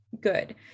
good